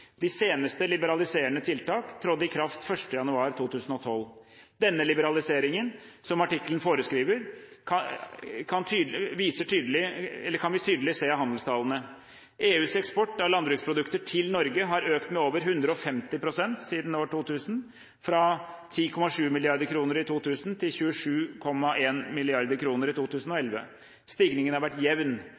De seneste liberaliserende tiltak trådte i kraft 1. januar 2012. Denne liberaliseringen som artikkelen foreskriver, kan vi tydelig se av handelstallene. EUs eksport av landbruksprodukter til Norge har økt med over 150 pst. siden år 2000, fra 10,7 mrd. kr i 2000 til 27,1 mrd. kr i 2011. Stigningen har vært jevn.